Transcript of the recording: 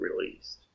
released